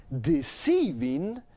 deceiving